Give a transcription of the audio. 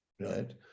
right